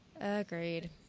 Agreed